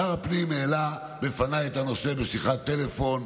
שר הפנים העלה בפניי את הנושא בשיחת טלפון,